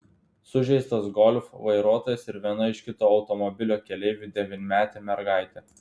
sužeistas golf vairuotojas ir viena iš kito automobilio keleivių devynmetė mergaitė